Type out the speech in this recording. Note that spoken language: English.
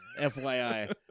FYI